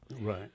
Right